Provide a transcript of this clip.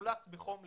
מומלץ בחום לכולם.